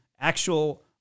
actual